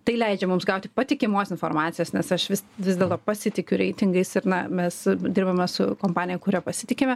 tai leidžia mums gauti patikimos informacijos nes aš vis vis dėl to pasitikiu reitingais ir na mes dirbame su kompanija kuria pasitikime